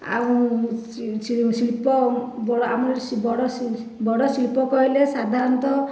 ଆଉ ଶିଳ୍ପ ଆମର ବଡ଼ ସି ବଡ଼ ଶିଳ୍ପ କହିଲେ ସାଧାରଣତଃ